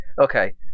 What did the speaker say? Okay